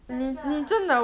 真的